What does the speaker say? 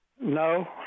No